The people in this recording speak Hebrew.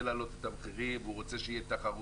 להעלות את המחירים ורוצה שתהיה תחרות.